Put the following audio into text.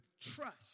trust